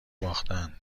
باختن